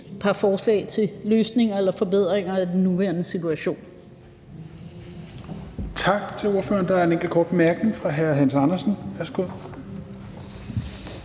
et par forslag til løsninger eller forbedringer af den nuværende situation.